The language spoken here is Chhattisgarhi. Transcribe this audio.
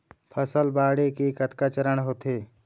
फसल बाढ़े के कतका चरण होथे?